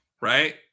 right